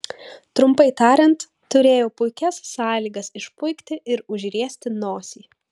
trumpai tariant turėjau puikias sąlygas išpuikti ir užriesti nosį